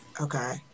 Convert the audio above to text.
Okay